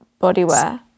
bodywear